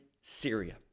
Syria